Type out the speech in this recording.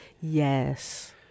Yes